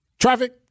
Traffic